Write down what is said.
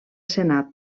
senat